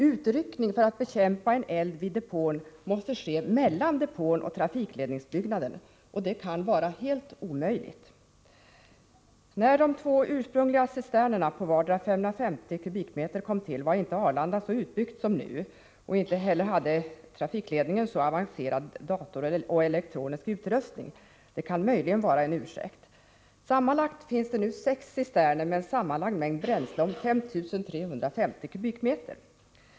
Utryckning för att bekämpa en eld vid depån måste ske mellan depån och trafikledningsbyggnaden, och en sådan utryckning kan vara helt omöjlig att genomföra. När de två ursprungliga cisternerna på vardera 550 kubikmeter kom till var inte Arlanda så utbyggt som nu, och i trafikledningsbyggnaden hade man inte heller så avancerade datorer och annan elektronisk utrustning som nu. Detta kan möjligen vara en ursäkt. Men nu finns sex cisterner med en sammanlagd mängd bränsle om 5 350 kubikmeter.